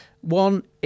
one